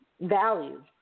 value